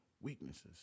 weaknesses